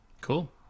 Cool